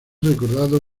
recordado